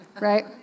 right